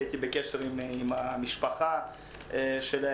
הייתי בקשר עם משפחת הילדה.